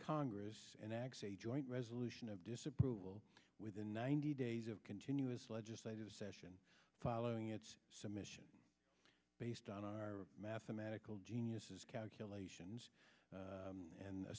congress acts a joint resolution of disapproval within ninety days of continuous legislative session following its submission based on our mathematical geniuses calculations and